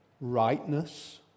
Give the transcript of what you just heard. rightness